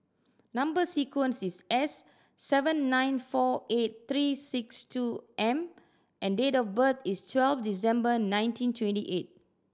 number sequence is S seven nine four eight three six two M and date of birth is twelve December nineteen twenty eight